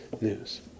news